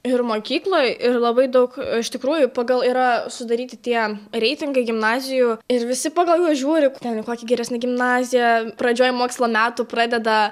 ir mokykloj ir labai daug iš tikrųjų pagal yra sudaryti tie reitingai gimnazijų ir visi pagal juos žiūri ten kokią geresnę gimnaziją pradžioj mokslo metų pradeda